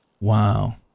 Wow